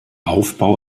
aufbau